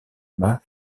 mât